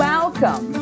Welcome